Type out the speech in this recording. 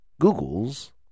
Google's